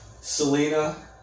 Selena